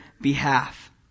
behalf